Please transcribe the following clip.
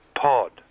pod